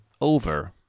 over